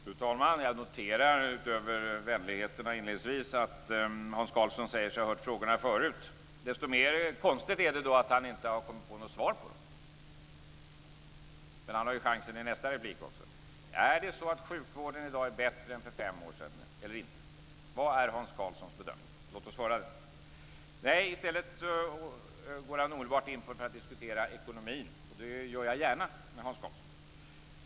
Fru talman! Jag noterar, utöver vänligheterna inledningsvis, att Hans Karlsson säger sig ha hört frågorna förut. Desto mer konstigt är det att han inte har kommit på något svar på dem. Han har ju chansen i nästa replik. Är det så att sjukvården i dag är bättre än för fem år sedan eller inte? Vad är Hans Karlssons bedömning? Låt oss höra den. I stället går han omedelbart in för att diskutera ekonomin. Det gör jag gärna med Hans Karlsson.